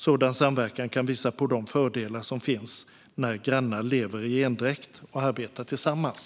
Sådan samverkan kan visa på de fördelar som finns när grannar lever i endräkt och arbetar tillsammans.